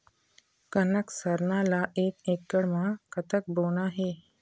कनक सरना ला एक एकड़ म कतक बोना हे?